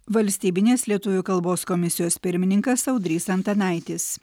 valstybinės lietuvių kalbos komisijos pirmininkas audrys antanaitis